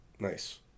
Nice